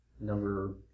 Number